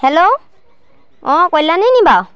hello অঁ কল্যাণি নি বাৰু